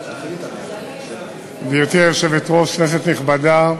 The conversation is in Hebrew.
גברתי היושבת-ראש, כנסת נכבדה,